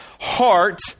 heart